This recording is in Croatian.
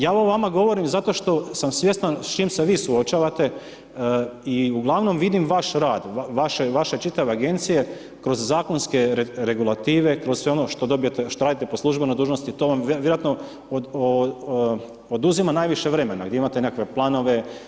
Ja ovo vama govorim zato što sam svjestan s čime se vi suočavate i uglavnom vidim vaš rad, vaše čitave agencije kroz zakonske regulative, kroz sve ono što radite po službenoj dužnosti, to vam vjerojatno oduzima najviše vremena, gdje imate nekakve planove.